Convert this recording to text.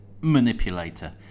manipulator